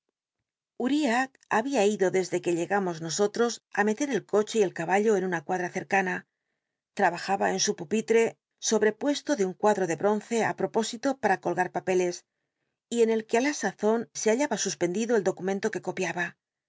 que había ido desde que llegamos nosotros á meter el coche y el caballo en una cuadra cercana trabajaba en su pupitre sobjcpucslo de un cuadj'o ele bronce á propósito para colgar papeles y en el que la sazon se hallaba suspendido el documento que copiaba